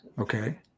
Okay